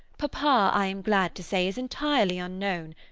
papa, i am glad to say, is entirely unknown.